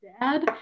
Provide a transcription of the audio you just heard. dad